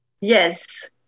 Yes